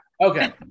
Okay